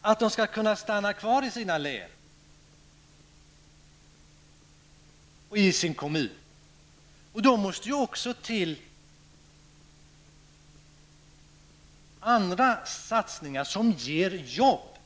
att de skall kunna stanna kvar i sina län, i sina kommuner. Då måste även andra satsningar till, sådana som ger jobb.